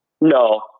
No